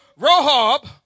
Rohab